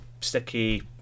sticky